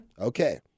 Okay